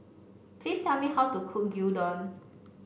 please tell me how to cook Gyudon